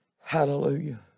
Hallelujah